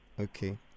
Okay